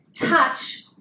touch